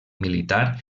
militar